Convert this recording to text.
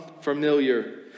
familiar